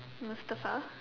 Mustafa